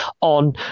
on